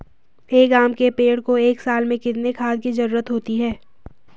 एक आम के पेड़ को एक साल में कितने खाद की जरूरत होती है?